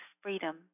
freedom